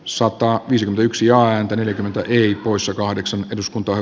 sota olisi yksi ja yli kymmentä eri poissa kahdeksan eduskuntaan